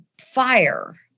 fire